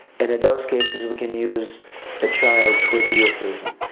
and in those cases, we can use a child who is a u s. citizen.